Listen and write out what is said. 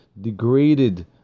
degraded